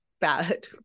bad